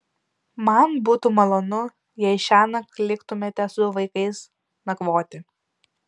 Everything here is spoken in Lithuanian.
man būtų malonu jei šiąnakt liktumėte su vaikais nakvoti